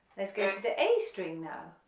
let's go to the a string now,